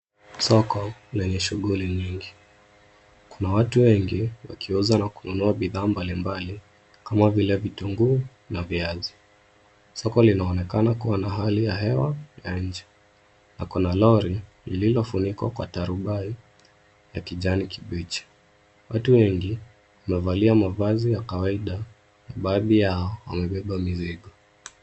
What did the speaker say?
Soko lenye shughuli nyingi. Kuna watu wengi wakiuza na kunua bidhaa mbalimbali kama vile vitunguu na viazi. Soko linaonekana kuwa na hali ya hewa ya nje, na kuna lori lililofunikwa kwa tarubai ya kijani kibichi. Watu wengi wamevalia mavazi ya kawaida, baadhi yao wamebeba mizigo.